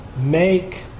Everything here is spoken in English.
Make